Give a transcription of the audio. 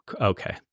Okay